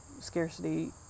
scarcity